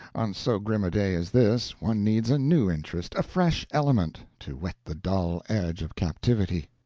on so grim a day as this, one needs a new interest, a fresh element, to whet the dull edge of captivity.